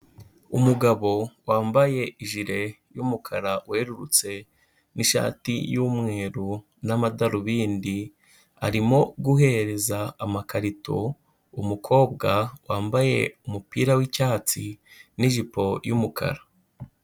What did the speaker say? Umugabo wambaye ijire y'umukara werurutse n'ishati y'umweru n'amadarubindi, arimo guhereza amakarito umukobwa wambaye umupira w'icyatsi n'ijipo y'umukara.